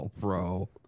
bro